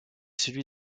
celui